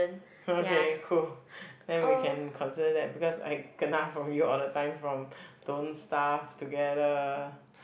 okay cool then we can consider that because I kena from you all the time from don't stuff together